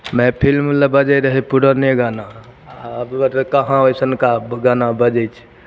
नहि फिल्म लए बजै रहै पुरने गाना आब कहाँ ओइसनका गाना आब बजै छै